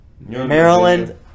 Maryland